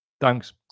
thanks